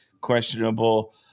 questionable –